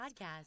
podcast